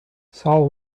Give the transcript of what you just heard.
saul